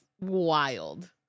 wild